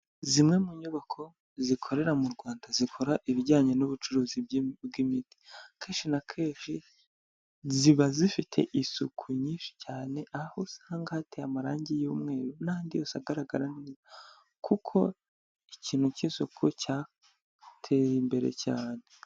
Zimwe mu nyubako zikorera mu Rwanda, zikora ibijyanye n'ubucuruzi bw'imiti, akenshi na kenshi ziba zifite isuku nyinshi cyane, aho usanga hateye amarangi y'umweru n'andi yose agaragara neza kuko ikintu cy'isuku cyateye imbere cyane.